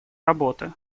работы